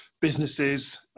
businesses